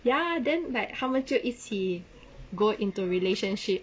ya then like 他们就一起 go into relationship